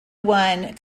won